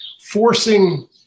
forcing